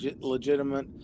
legitimate